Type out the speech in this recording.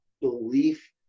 belief